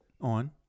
On